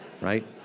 right